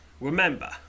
Remember